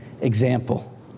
example